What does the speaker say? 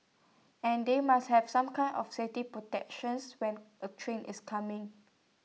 and they must have some kind of safety protections when A train is coming